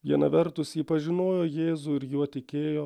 viena vertus ji pažinojo jėzų ir juo tikėjo